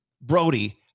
Brody